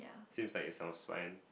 seems like is South Spine